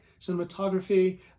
cinematography